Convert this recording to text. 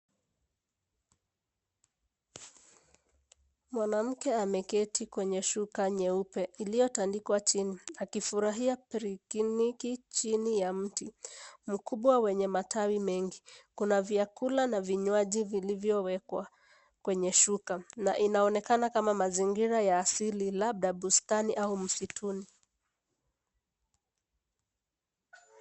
Mwanamke ameketi kwenye shuka nyeupe iliyotandikwa chini akifurahia pikiniki chini ya mti mkubwa wenye matawi mengi. Kuna vyakula na vinywaji vilivyowekwa kwenye shuka na inaonekana kama mazingira ya asili labda bustani au msituni.